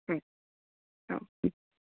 ହୁଁ ହଉ ହୁଁ